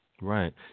right